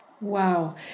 Wow